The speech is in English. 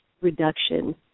reduction